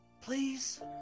Please